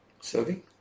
serving